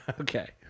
Okay